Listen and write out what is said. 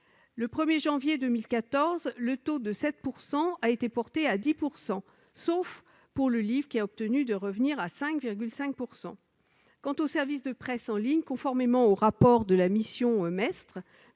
Le 1er janvier 2014, le taux de 7 % a été porté à 10 %, sauf pour le livre, qui a obtenu de revenir à 5,5 %. Quant aux services de presse en ligne, conformément au rapport de la mission menée